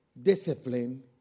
discipline